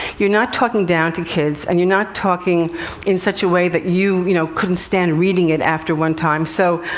you're not talking down to kids and you're not talking in such a way that you, you know, couldn't stand reading it after one time. so,